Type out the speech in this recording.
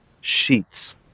Sheets